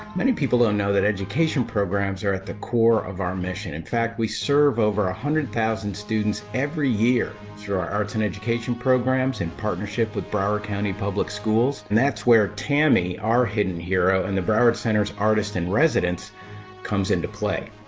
many people don't know that education programs are at the core of our mission, in fact we serve over a hundred thousand students every year through our arts and education programs in partnership with broward county public schools and that's where tammy our hidden hero and the broward center's artist in residence comes into play.